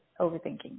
overthinking